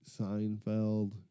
Seinfeld